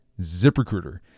ZipRecruiter